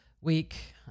week